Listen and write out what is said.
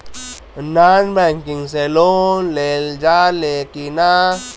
Non banking से loan लेल जा ले कि ना?